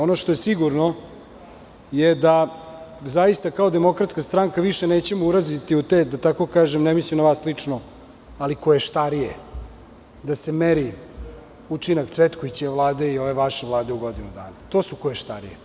Ono što je sigurno, je da zaista kao DS više nećemo ulaziti u te, da tako kažem, ne mislim na vas lično, ali koještarije, da se meri učinak Cvetkovićeve vlade i ove vaše Vlade u godinu dana, to su koještarije.